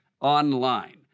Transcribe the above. online